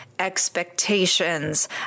expectations